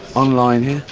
online here,